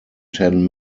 ten